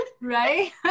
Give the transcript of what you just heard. Right